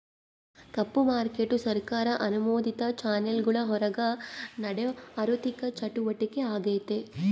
ಕಪ್ಪು market ಸರ್ಕಾರ ಅನುಮೋದಿತ ಚಾನೆಲ್ಗುಳ್ ಹೊರುಗ ನಡೇ ಆಋಥಿಕ ಚಟುವಟಿಕೆ ಆಗೆತೆ